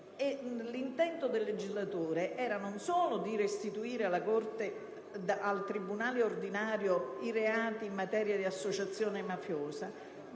l'intento del legislatore è stato quello non solo di restituire al tribunale ordinario i reati in materia di associazione mafiosa